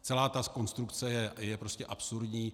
Celá ta konstrukce je prostě absurdní.